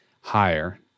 higher